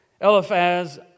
Eliphaz